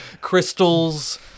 Crystals